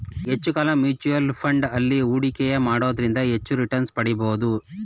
ಹೆಚ್ಚು ಕಾಲ mutual fund ಅಲ್ಲಿ ಹೂಡಿಕೆಯ ಮಾಡೋದ್ರಿಂದ ಹೆಚ್ಚು ರಿಟನ್ಸ್ ಪಡಿಬೋದು